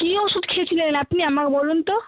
কী ওষুধ খেয়েছিলেন আপনি আমায় বলুন তো